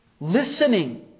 listening